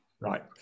Right